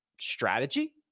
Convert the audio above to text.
strategy